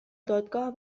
دادگاه